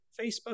Facebook